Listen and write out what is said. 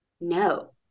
No